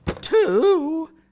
Two